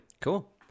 cool